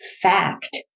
fact